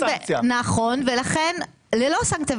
ולכן ללא סנקציה,